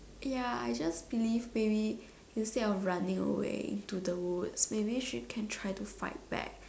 ya I just believe maybe instead of running away to the woods maybe she can try to fight back